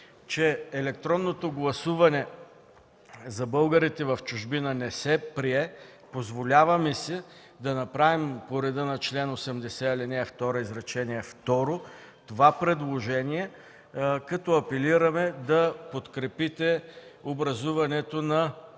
че електронното гласуване за българите в чужбина не се прие, позволяваме си да направим по реда на чл. 80, ал. 2, изречение второ това предложение, като апелираме да подкрепите образуването на